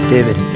David